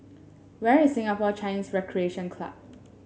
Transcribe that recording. where is Singapore Chinese Recreation Club